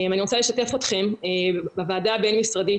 אני רוצה לשתף אתכם בוועדה הבין-משרדית